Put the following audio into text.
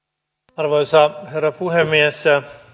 arvoisa herra puhemies